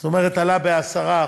זאת אומרת עלה ב-10%.